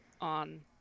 on